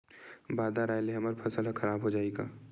बादर आय ले हमर फसल ह खराब हो जाहि का?